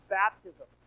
baptism